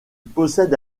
possède